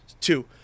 Two